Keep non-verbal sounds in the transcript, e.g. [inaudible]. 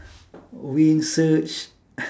wing search [breath]